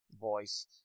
voice